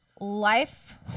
Life